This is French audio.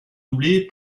doublée